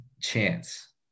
chance